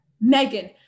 Megan